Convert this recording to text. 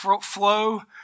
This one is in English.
flow